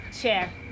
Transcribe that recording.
Chair